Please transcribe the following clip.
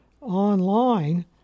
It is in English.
online